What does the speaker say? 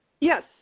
Yes